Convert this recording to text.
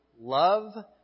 love